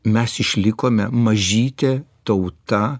mes išlikome mažytė tauta